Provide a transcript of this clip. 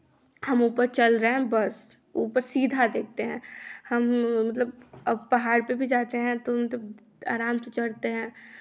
हम ऊपर चल रहे हैं बस ऊपर सीधा देखते हैं हम मतलब अब पहाड़ पे भी जाते हैं तो आराम से चढ़ते हैं